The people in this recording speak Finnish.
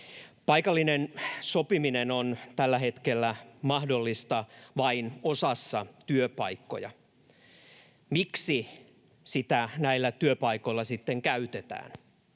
Paikallinen sopiminen on tällä hetkellä mahdollista vain osassa työpaikkoja. Miksi sitä näillä työpaikoilla sitten käytetään?